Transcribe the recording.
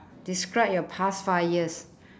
describe your past five years